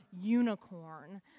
unicorn